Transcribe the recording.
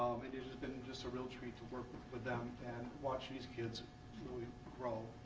um it it has been just a real treat to work with them and watch these kids really roll.